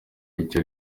icyo